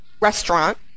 Restaurant